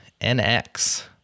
NX